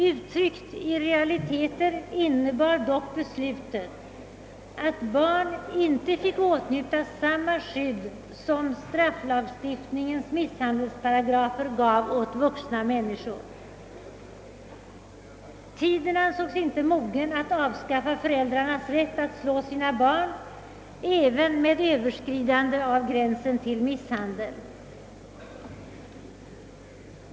Uttryckt i realiteter innebar dock förslaget att barn inte fick åtnjuta samma skydd som strafflagstiftningens misshandelsparagrafer gav åt vuxna människor. Tiden ansågs inte mogen att avskaffa föräldrarnas rätt att slå sina barn även med överskridande av gränsen till misshandel.